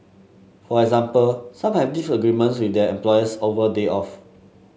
for example some have disagreements with their employers over day off